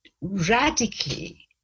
radically